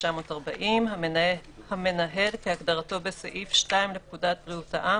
1940 ; "המנהל" כהגדרתו בסעיף 2 לפקודת בריאות העם